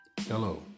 Hello